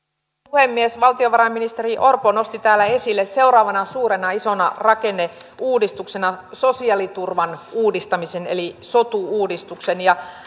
puhemies valtiovarainministeri orpo nosti täällä esille seuraavana isona rakenneuudistuksena sosiaaliturvan uudistamisen eli sotu uudistuksen